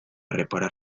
reparar